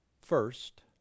first